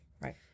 Right